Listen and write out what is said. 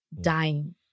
dying